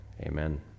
Amen